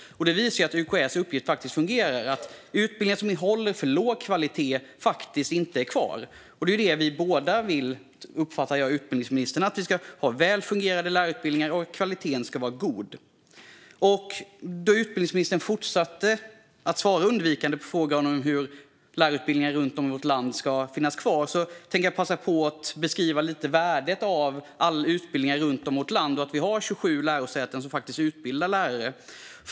Detta visar att UKÄ:s uppgift faktiskt fungerar. Utbildningar som håller för låg kvalitet är inte kvar. Det är detta vi båda vill, som jag uppfattar utbildningsministern: att vi ska ha väl fungerande lärarutbildningar med god kvalitet. Då utbildningsministern fortsatte att svara undvikande på frågan huruvida lärarutbildningar runt om i vårt land ska finnas kvar tänkte jag passa på att lite grann beskriva värdet av alla utbildningar runt om i vårt land och av att vi faktiskt har 27 lärosäten som utbildar lärare.